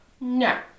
No